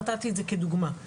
נתתי את זה כדוגמא.